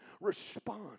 respond